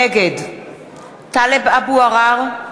נגד טלב אבו עראר,